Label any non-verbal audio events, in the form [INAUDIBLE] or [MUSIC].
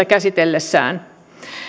[UNINTELLIGIBLE] käsitellessään